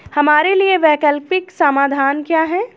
हमारे लिए वैकल्पिक समाधान क्या है?